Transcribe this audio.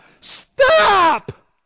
stop